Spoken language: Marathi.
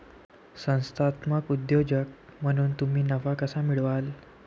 संस्थात्मक उद्योजक म्हणून तुम्ही नफा कसा मिळवाल?